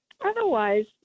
otherwise